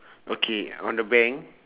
okay on the bank